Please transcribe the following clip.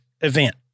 event